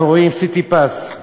"סיטיפס".